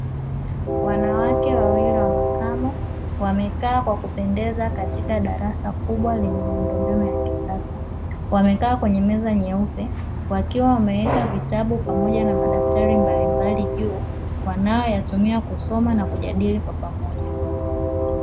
Wanawake wawili wa makamo, wamekaa kwa kupendeza katika darasa kubwa lenye miundombinu ya kisasa. Wamekaa kwenye meza nyeupe, wakiwa wameweka vitabu pamoja na madaftari mbalimbali juu, wanayoyatumia kusoma na kujadili kwa pamoja.